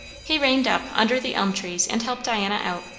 he reined up under the elm trees and helped diana out,